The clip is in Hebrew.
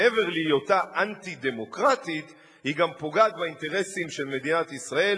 שמעבר להיותה אנטי-דמוקרטית היא גם פוגעת באינטרסים של מדינת ישראל.